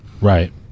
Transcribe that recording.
right